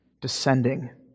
descending